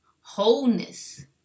wholeness